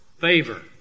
favor